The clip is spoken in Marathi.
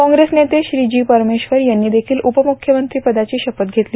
काँग्रेस नेते श्री जी परमेश्वर यांनी देखील उपमुख्यमंत्री पदाची शपथ घेतली